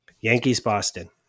Yankees-Boston